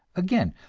again,